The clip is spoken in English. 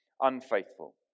unfaithful